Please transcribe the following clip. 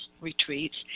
retreats